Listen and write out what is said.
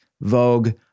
Vogue